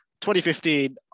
2015